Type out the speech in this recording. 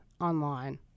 online